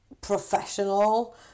professional